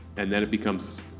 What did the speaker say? and then it becomes.